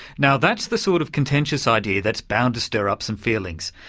now, that's the sort of contentious idea that's bound to stir up some feelings,